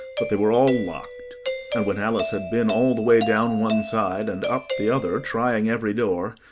but they were all locked and when alice had been all the way down one side and up the other, trying every door,